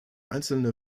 einzelne